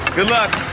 good luck.